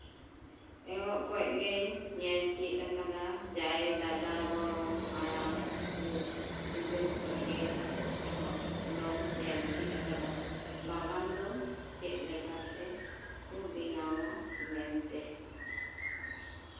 ᱮᱦᱚᱵ ᱠᱷᱚᱡ ᱜᱮ ᱧᱮᱞ ᱪᱮᱫ ᱠᱟᱫᱟ ᱡᱟᱦᱟᱸᱭ ᱫᱟᱫᱟ ᱜᱚᱲᱚᱢ ᱦᱟᱲᱟᱢ ᱠᱚ ᱵᱤᱫᱟᱹᱞ ᱠᱷᱚᱡ ᱜᱮ ᱮᱦᱚᱵ ᱫᱚᱧ ᱧᱮᱞ ᱪᱮᱫ ᱠᱟᱫᱟ ᱵᱟᱜᱟᱱ ᱫᱚ ᱪᱮᱫ ᱞᱮᱠᱟᱛᱮ ᱠᱚ ᱵᱮᱱᱟᱣᱟ ᱢᱮᱱᱛᱮ